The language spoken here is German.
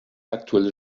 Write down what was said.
aktuelle